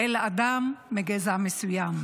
אלא אדם מגזע מסוים,